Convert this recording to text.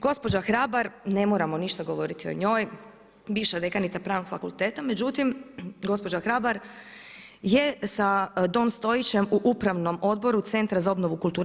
Gospođa Hrabar, ne moramo ništa govoriti o njoj, bivša dekanica pravnog fakulteta, međutim, gospođa Hrabar, je sa don Stojićem u upravnom odboru Centra za obnove kulture.